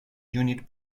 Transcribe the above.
unit